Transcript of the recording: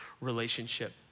relationship